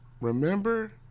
remember